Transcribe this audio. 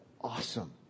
awesome